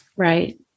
Right